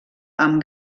amb